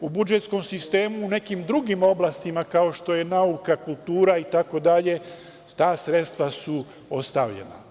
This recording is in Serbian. U budžetskom sistemu u nekim drugim oblastima, kao što je nauka, kultura itd, ta sredstva su ostavljena.